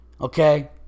okay